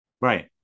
right